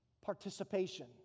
participation